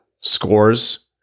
scores